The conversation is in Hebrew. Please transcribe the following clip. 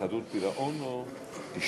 חדלות פירעון, אדוני.